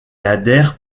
adhère